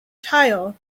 tile